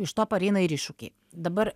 iš to pareina ir iššūkiai dabar